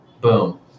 Boom